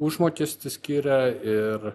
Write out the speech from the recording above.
užmokestį skiria ir